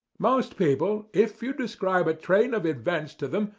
most people, if you describe a train of events to them,